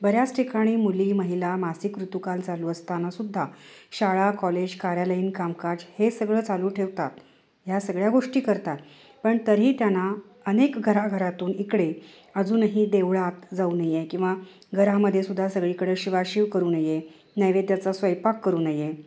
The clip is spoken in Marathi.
बऱ्याच ठिकाणी मुली महिला मासिक ऋतूकाल चालू असतानासुद्धा शाळा कॉलेज कार्यालयीन कामकाज हे सगळं चालू ठेवतात ह्या सगळ्या गोष्टी करतात पण तरीही त्यांना अनेक घरा घरातून इकडे अजूनही देवळात जाऊ नये किंवा घरामध्येसुद्धा सगळीकडे शिवाशिव करू नये नैवेद्याचा स्वयंपाक करू नये